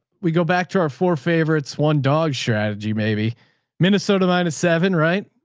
we go back to our four favorites. one dog strategy, maybe minnesota minus seven, right?